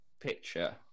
picture